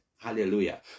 Hallelujah